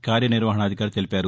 కార్యనిర్వహణాధికారి తెలిపారు